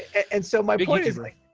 and so my point is like,